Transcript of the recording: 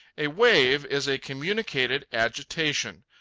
a wave is a communicated agitation.